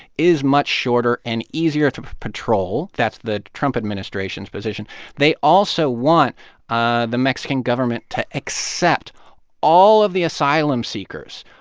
is much shorter and easier to patrol. that's the trump administration's position they also want ah the mexican government to accept all of the asylum-seekers,